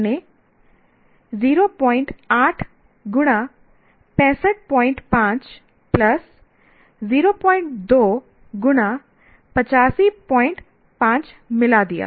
मैंने 08 गुणा 655 प्लस 02 गुणा 855 मिला दिया